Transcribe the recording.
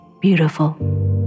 beautiful